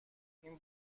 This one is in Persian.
این